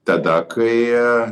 tada kai